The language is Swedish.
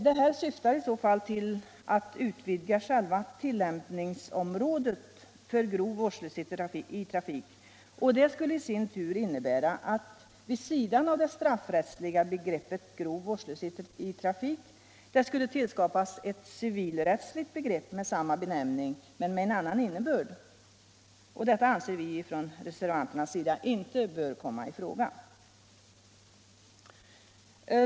Detta syftar i så fall till att utvidga själva tillämpningsområdet för grov vårdslöshet i trafik, och det skulle i sin tur innebära att det, vid sidan av det straffrättsliga begreppet grov vårdslöshet i trafik, skulle tillskapas ett civilrättsligt begrepp med samma benämning men med en annan innebörd. Detta anser vi reservanter inte böra komma i fråga.